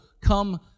come